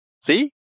See